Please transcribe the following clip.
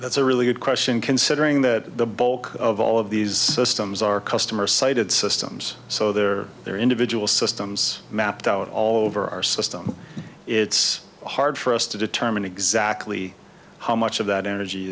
a really good question considering that the bulk of all of these systems are customer sited systems so they're their individual systems mapped out all over our system it's hard for us to determine exactly how much of that energy